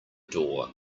door